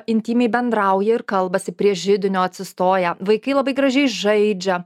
intymiai bendrauja ir kalbasi prie židinio atsistoję vaikai labai gražiai žaidžia